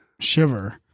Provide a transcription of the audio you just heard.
shiver